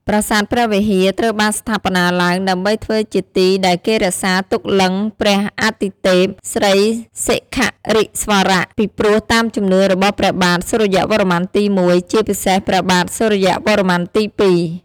ប្រាសាទព្រះវិហារត្រូវបានស្ថាបនាឡើង ដើម្បីធ្វើជាទីដែលគេរក្សាទុកលិង្គព្រះអាទិទេព ស្រីសិខៈរិស្វរៈ ពីព្រោះតាមជំនឿរបស់ព្រះបាទសូរ្យវរ្ម័នទី១ ជាពិសេសព្រះបាទសូរ្យវរ្ម័នទី២។